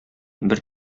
бер